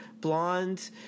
blonde